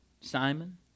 Simon